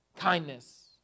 kindness